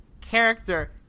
character